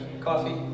Coffee